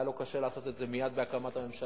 היה לו קשה לעשות את זה מייד בהקמת הממשלה.